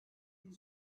bir